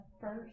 first